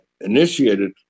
initiated